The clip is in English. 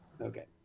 Okay